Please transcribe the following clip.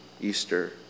Easter